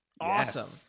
Awesome